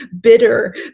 bitter